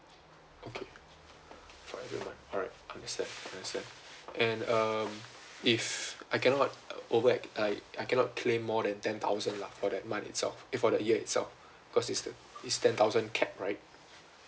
okay alright understand understand and um if I cannot over I I cannot claim more than ten thousand lah for that month itself eh for that year itself because it's it's ten thousand cap right